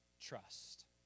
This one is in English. Trust